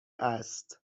است